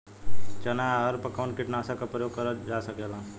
चना अरहर पर कवन कीटनाशक क प्रयोग कर जा सकेला?